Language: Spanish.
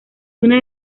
una